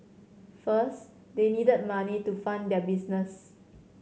first they needed money to fund their business